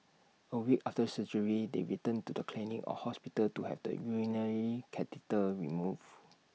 A week after surgery they return to the clinic or hospital to have the urinary catheter removed